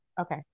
Okay